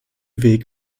weg